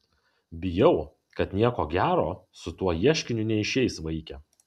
bijau kad nieko gero su tuo ieškiniu neišeis vaike